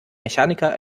mechaniker